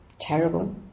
terrible